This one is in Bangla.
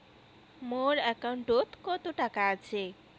মোর একাউন্টত কত টাকা আছে?